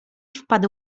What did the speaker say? wpadł